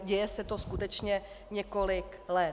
Děje se to skutečně několik let.